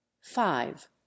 five